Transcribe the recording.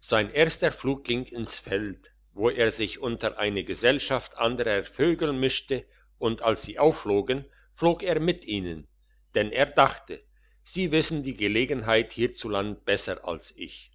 sein erster flug ging ins feld wo er sich unter eine gesellschaft anderer vögel mischte und als sie aufflogen flog er mit ihnen denn er dachte sie wissen die gelegenheit hierzuland besser als ich